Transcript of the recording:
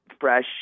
fresh